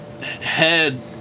head